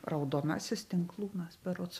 raudonasis tinklūnas berods